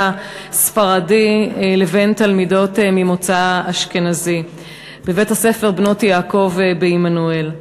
ספרדי לבין תלמידות ממוצא אשכנזי בבית-הספר "בית יעקב" בעמנואל.